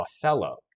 Othello